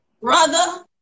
brother